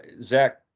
Zach